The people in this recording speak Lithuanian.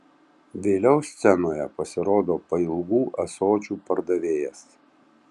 vėliau scenoje pasirodo pailgų ąsočių pardavėjas